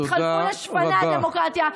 התחלפו לשפני הדמוקרטיה,